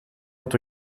dat